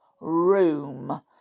room